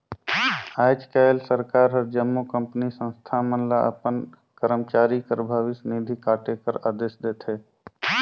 आएज काएल सरकार हर जम्मो कंपनी, संस्था मन ल अपन करमचारी कर भविस निधि काटे कर अदेस देथे